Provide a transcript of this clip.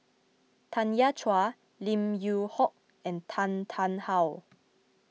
Tanya Chua Lim Yew Hock and Tan Tarn How